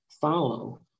follow